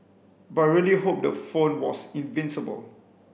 but really hope the phone was invincible